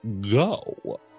go